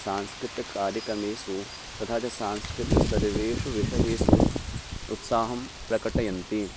सांस्कृतिककार्यक्रमेषु तथा च सांस्कृतिकं सर्वेषु विषयेषु उत्साहं प्रकटयन्ति